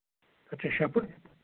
تَتھ چھےٚ شےٚ پھٕٹہٕ